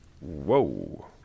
whoa